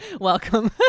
welcome